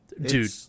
Dude